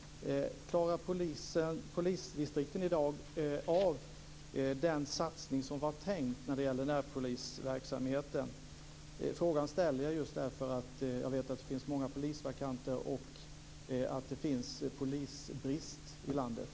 Klarar polisdistrikten i dag av den satsning som var tänkt när det gäller närpolisverksamheten? Jag ställer frågan just därför att jag vet att det finns många polisvakanser och att det är polisbrist i landet.